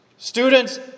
Students